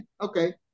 Okay